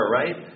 right